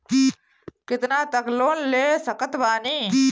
कितना तक लोन ले सकत बानी?